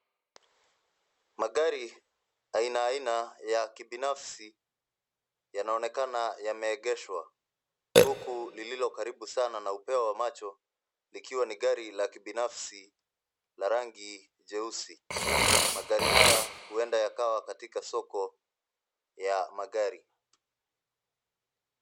Magari aina aina ya kibinafsi yanaonekana yameegeshwa huku lililo karibu sana na upeo wa macho likiwa ni gari la kibinafsi la rangi jeusi. Magari haya huenda yakawa katika soko ya magari.